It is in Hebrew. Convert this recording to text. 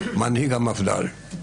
מנהיג המפד"ל.